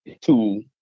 two